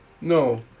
no